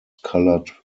colored